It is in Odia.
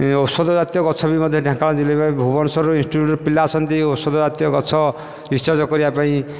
ଔଷଧ ଜାତୀୟ ଗଛ ମଧ୍ୟ ଢେଙ୍କାନାଳ ଜିଲ୍ଲାରୁ ଭୁବନେଶ୍ୱର ଇନ୍ଷ୍ଟିଚ୍ୟୁଟରୁ ପିଲା ଆସନ୍ତି ଔଷଧ ଜାତୀୟ ଗଛ ରିସର୍ଚ୍ଚ କରିବାପାଇଁ